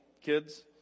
kids